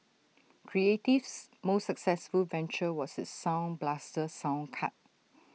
creative's most successful venture was its sound blaster sound card